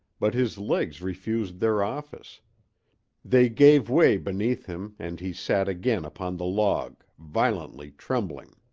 but his legs refused their office they gave way beneath him and he sat again upon the log, violently trembling.